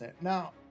Now